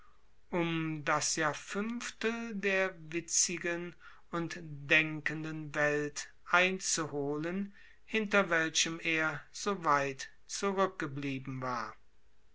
um das jahrfünftel der witzigen und denkenden welt einzuholen hinter welchem er so weit zurückgeblieben war